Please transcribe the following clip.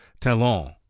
talon